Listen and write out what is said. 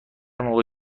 موقع